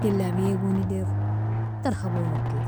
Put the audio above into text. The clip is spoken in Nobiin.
jalabiagon edir, o tarhagon okerio.